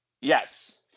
Yes